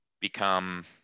become